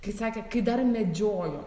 kai sakė kai dar medžiojo